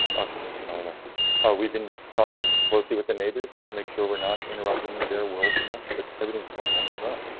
occupancy and already we've been talking closely with the neighbors just to make sure we're not interrupting their world too much, but everything is going on well,